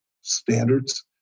standards